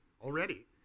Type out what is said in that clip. already